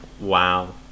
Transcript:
Wow